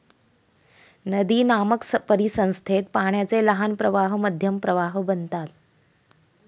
नदीनामक परिसंस्थेत पाण्याचे लहान प्रवाह मध्यम प्रवाह बनतात